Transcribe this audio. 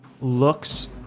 looks